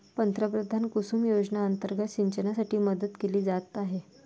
पंतप्रधान कुसुम योजना अंतर्गत सिंचनासाठी मदत दिली जात आहे